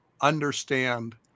understand